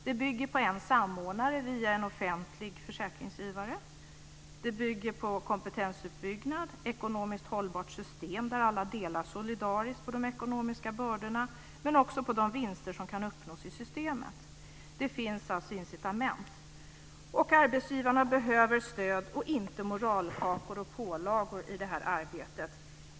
Det bygger på en samordnare via en offentlig försäkringsgivare, på kompetensuppbyggnad och på ett ekonomiskt hållbart system där alla delar solidariskt på de ekonomiska bördorna, men också på de vinster som kan uppnås i systemet. Det finns alltså incitament. Arbetsgivarna behöver stöd och inte moralkakor och pålagor i rehabiliteringsarbetet.